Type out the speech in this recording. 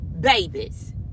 babies